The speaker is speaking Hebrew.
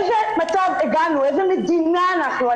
לאיזה מצב הגענו, באיזו מדינה אנחנו?